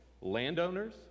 landowners